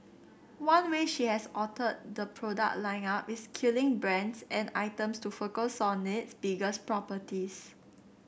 one way she has altered the product lineup is killing brands and items to focus on its biggest properties